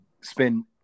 spend